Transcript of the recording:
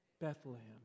Bethlehem